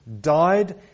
died